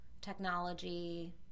technology